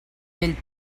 vell